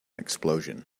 explosion